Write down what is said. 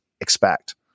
expect